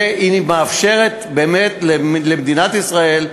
והיא מאפשרת באמת למדינת ישראל,